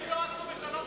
הם לא עשו בשלוש שנים.